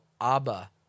Abba